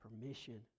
permission